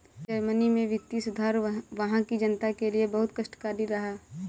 Germany में वित्तीय सुधार वहां की जनता के लिए बहुत कष्टकारी रहा